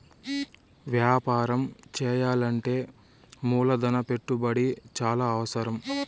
వ్యాపారం చేయాలంటే మూలధన పెట్టుబడి చాలా అవసరం